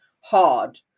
hard